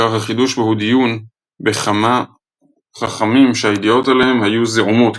עיקר החידוש בו הוא דיון בכמה חכמים שהידיעות עליהם היו זעומות,